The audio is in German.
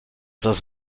das